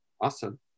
awesome